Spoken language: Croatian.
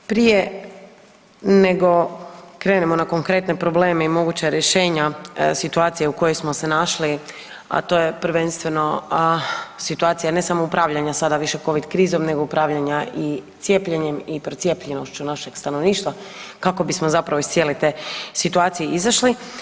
Dakle, prije nego krenemo na konkretne probleme i moguća rješenja situacija u kojoj smo se našli, a to je prvenstveno situacija ne samo upravljanja sada više covid krizom nego upravljanja i cijepljenjem i procijepljenošću našeg stanovništva kako bismo zapravo iz cijele te situacije izašli.